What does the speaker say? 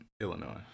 illinois